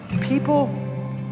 People